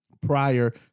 prior